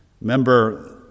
Remember